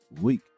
week